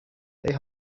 they